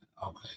Okay